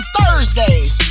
Thursdays